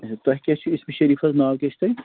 اچھا تۄہہِ کیٛاہ چھِ اِسمہِ شریٖف حظ ناو کیٛاہ چھُ تۄہہِ